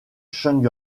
chung